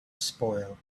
spoil